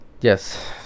Yes